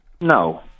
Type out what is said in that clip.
No